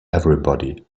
everybody